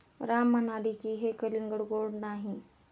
राम म्हणाले की, हे कलिंगड गोड नाही